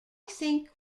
think